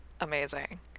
amazing